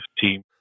team